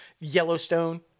Yellowstone